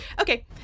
Okay